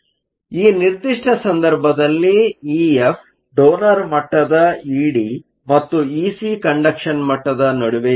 ಆದ್ದರಿಂದ ಈ ನಿರ್ದಿಷ್ಟ ಸಂದರ್ಭದಲ್ಲಿ ಇಎಫ್ ಡೋನರ್ ಮಟ್ಟದ ಇಡಿ ಮತ್ತು ಇಸಿ ಕಂಡಕ್ಷನ್ ಮಟ್ಟದ ನಡುವೆ ಇರುತ್ತದೆ